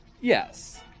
Yes